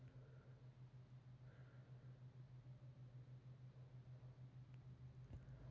ಆದಾಯ ಮಾದರಿಗಳು ಅಂತ ನಾಕ್ ಟೈಪ್ ಅದಾವ ರಿಕರಿಂಗ್ ಟ್ರಾಂಜೆಕ್ಷನ್ ಪ್ರಾಜೆಕ್ಟ್ ಮತ್ತ ಸರ್ವಿಸ್ ಇವಕ್ಕ ರೆವೆನ್ಯೂ ಮಾಡೆಲ್ ಅಂತಾರ